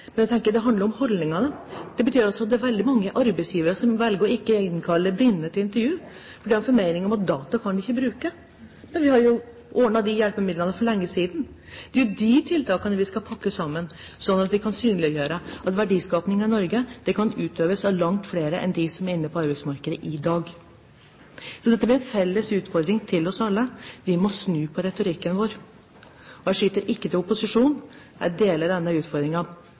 men det medfører jo ikke riktighet. Jeg tenker at det handler om holdninger. Det betyr at det er veldig mange arbeidsgivere som velger ikke å innkalle blinde til intervju, for de har en formening om at data kan de ikke bruke. Men vi har jo ordnet de hjelpemidlene for lenge siden! Det er de tiltakene vi skal pakke sammen for å synliggjøre at verdiskapingen i Norge kan utøves av langt flere enn dem som er inne på arbeidsmarkedet i dag. Så dette blir en felles utfordring for oss alle: Vi må snu retorikken vår. Og jeg skyter ikke på opposisjonen; jeg deler denne utfordringen